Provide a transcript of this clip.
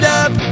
up